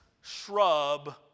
shrub